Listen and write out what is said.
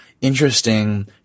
interesting